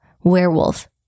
Werewolf